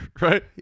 Right